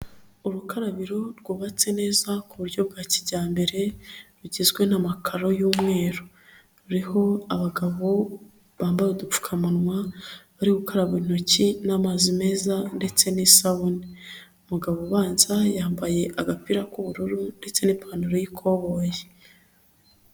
Urukarabiro rwubatse neza ku buryo bwa kijyambere, rugizwe n'amakaro y'umweru ruriho abagabo bambaye udupfukamunwa bari gukaraba intoki n'amazi meza ndetse n'isabune. Umugabo ubanza yambaye agapira k'ubururu ndetse n'ipantaro y'ikoboyi.